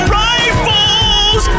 rifles